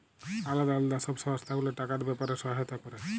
আলদা আলদা সব সংস্থা গুলা টাকার ব্যাপারে সহায়তা ক্যরে